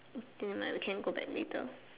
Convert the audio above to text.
mm when we can go back later